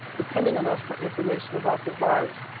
depending on us for information about the virus,